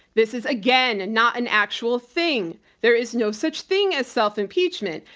this is, again, and not an actual thing. there is no such thing as self-impeachment.